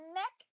neck